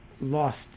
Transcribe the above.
lost